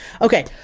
Okay